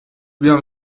بیام